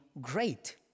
great